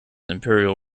imperial